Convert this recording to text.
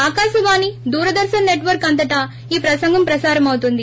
Akashvani Doordarshan network అంతటా ఈ ప్రసంగం ప్రసారమవుతుంది